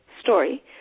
story